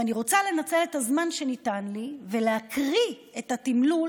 ואני רוצה לנצל את הזמן שניתן לי ולהקריא את התמלול